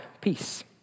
peace